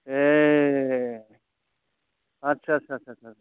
ए आच्चा आच्चा आच्चा